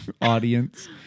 audience